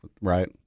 Right